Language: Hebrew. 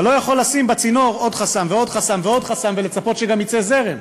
אתה לא יכול לשים בצינור עוד חסם ועוד חסם ועוד חסם ולצפות שגם יצא זרם.